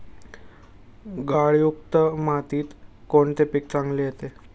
गाळयुक्त मातीत कोणते पीक चांगले येते?